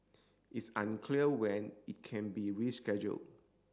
it's unclear when it can be rescheduled